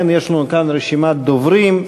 לכן יש לנו כאן רשימת דוברים.